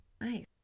Nice